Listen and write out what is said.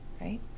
Right